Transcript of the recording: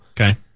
Okay